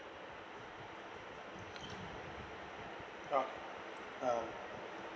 card um